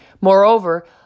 Moreover